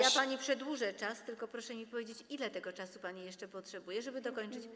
Ale ja pani przedłużę czas, tylko proszę mi powiedzieć, ile tego czasu pani jeszcze potrzebuje, żeby dokończyć.